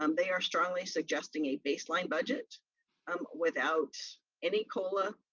um they are strongly suggesting a baseline budget um without any cola,